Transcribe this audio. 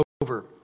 over